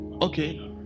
okay